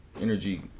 Energy